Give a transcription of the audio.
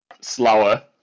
slower